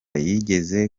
yigeze